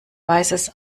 weißes